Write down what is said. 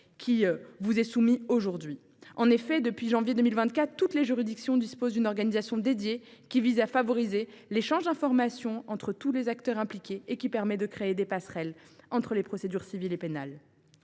qui vous est soumis aujourd’hui. En effet, depuis le mois de janvier 2024, toutes les juridictions disposent d’une organisation dédiée qui permet de favoriser l’échange d’informations entre les acteurs impliqués et de créer des passerelles entre les procédures civiles et pénales.